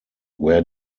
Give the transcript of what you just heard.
where